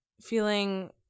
feeling